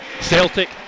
Celtic